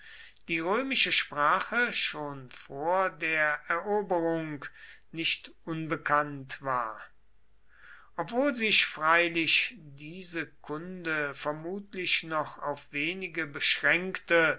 die römische sprache schon vor der eroberung nicht unbekannt war obwohl sich freilich diese kunde vermutlich noch auf wenige beschränkte